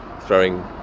throwing